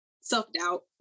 Self-doubt